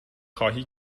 خواهی